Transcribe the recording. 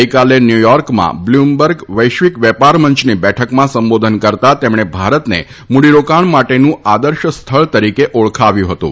ગઈકાલે ન્યુયોર્કમાં બ્લુમબર્ગ વૈશ્વિક વેપાર મંચની બેઠકમાં સંબોધન કરતાં તેમણે ભારતને મુડીરોકાણ માટેનું આદર્શ સ્થળ તરીકે ઓળખાવ્યું હતું